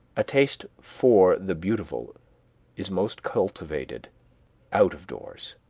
a taste for the beautiful is most cultivated out of doors,